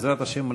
בעזרת השם,